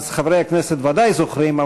אז חברי הכנסת ודאי זוכרים,